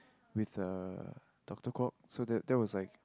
with uh doctor Kwok so that that was like